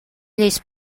lleis